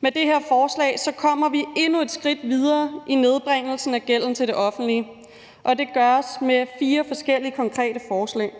Med det her forslag kommer vi endnu et skridt videre i nedbringelsen af gælden til det offentlige, og det gøres med fire forskellige konkrete forslag.